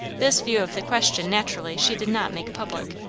this view of the question, naturally, she did not make public.